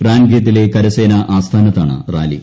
റാൻഗേത്തിലെ കരസേന ആസ്ഥാനത്താണ് റാലി